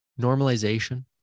normalization